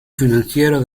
financiero